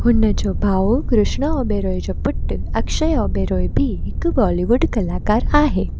हुन जो भाउ कृष्ण ओबेरॉय जो पुटु अक्षय ओबेरॉय बि हिकु बॉलीवुड कलाकारु आहे